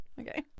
Okay